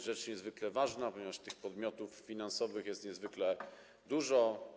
Rzecz niezwykle ważna, ponieważ tych podmiotów finansowych jest niezwykle dużo.